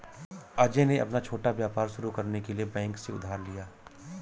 अजय ने अपना छोटा व्यापार शुरू करने के लिए बैंक से उधार लिया